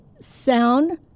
Sound